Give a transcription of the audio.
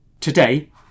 Today